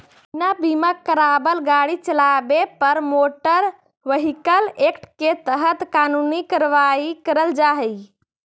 बिना बीमा करावाल गाड़ी चलावे पर मोटर व्हीकल एक्ट के तहत कानूनी कार्रवाई करल जा हई